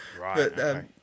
right